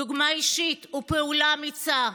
דוגמה אישית ופעולה אמיצה.